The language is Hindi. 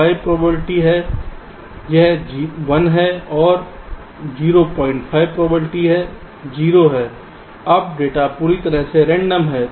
तो एक 05 प्रोबेबिलिटी है यह 1 है और 05 प्रोबेबिलिटी 0 है जब डेटा पूरी तरह से रेंडम है